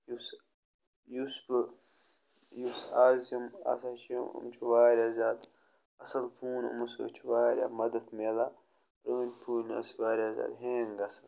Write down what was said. یُس یُس بہٕ یُس اَز یِم آسان چھِ یِم چھِ واریاہ زیادٕ اَصٕل فون یِمو سۭتۍ چھِ واریاہ مَدتھ میلان پرٛٲنۍ فون ٲسۍ واریاہ زیادٕ ہینٛگ گژھان